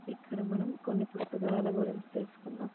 ఇక్కడ మనం కొన్ని పుస్తకాల గురించి తెలుసుకుందాం